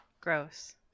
gross